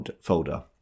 folder